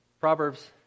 Proverbs